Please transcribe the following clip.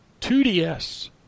2DS